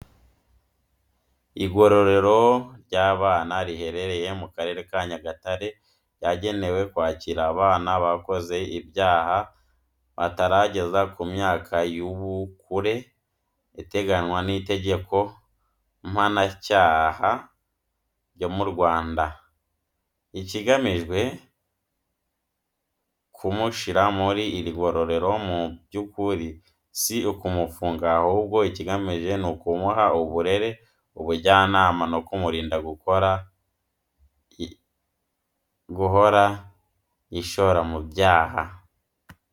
Igororero ry'abana riherereye mu Karere ka Nyagatare ryagenewe kwakira abana bakoze ibyaha batarageza ku myaka y'ubukure iteganywa n'itegeko mpananyaha ryo mu Rwanda. Ikigamijwe kumushyira muri iri gororero mu by’ukuri si ukumufunga ahubwo ikigamijwe ni ukumuha uburere, ubujyanama no kumurinda guhora yishora mu byaha.